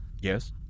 Yes